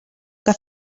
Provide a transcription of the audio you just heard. que